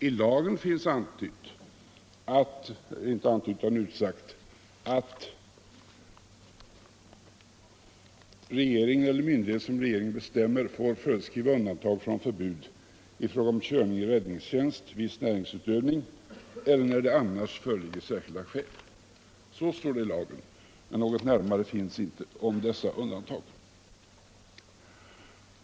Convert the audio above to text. I lagen finns utsagt att regeringen eller myndighet som regeringen bestämmer får föreskriva undantag från förbud i fråga om körning i räddningstjänst, viss näringsutövning, eller när det annars föreligger särskilda skäl. Men det står inte något närmare om dessa undantag.